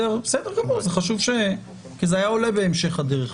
זה היה עולה בהמשך הדרך.